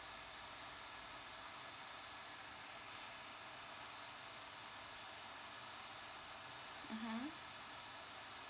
mmhmm